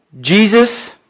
Jesus